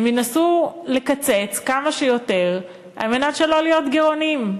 הם ינסו לקצץ כמה שיותר על מנת שלא להיות גירעוניים.